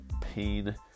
pain